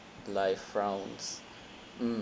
life rounds mm